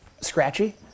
scratchy